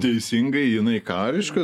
teisingai jinai kariška